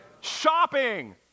shopping